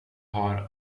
har